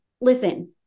Listen